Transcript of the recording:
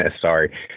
sorry